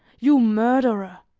you murderer!